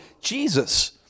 Jesus